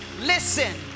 listen